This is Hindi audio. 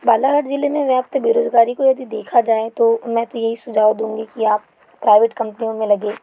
बालाघाट जिले में व्याप्त बेरोजगारी को अगर देखा जाए तो मैं तो यही सुझाव दूंगी कि आप प्राइवेट कंपनियों में लगे